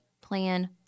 plan